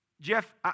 Jeff